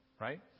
right